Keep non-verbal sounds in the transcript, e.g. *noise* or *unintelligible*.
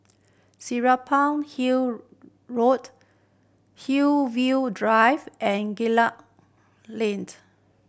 Serapong Hill Road Hillview Drive and *unintelligible* Link